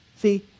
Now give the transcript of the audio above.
See